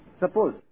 Suppose